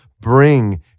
bring